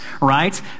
right